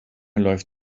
läuft